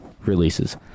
releases